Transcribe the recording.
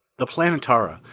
the planetara,